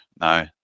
no